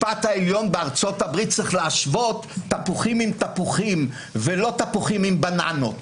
צריך להשוות תפוחים עם תפוחים ולא תפוחים עם בננות.